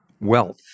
wealth